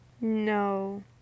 No